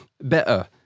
better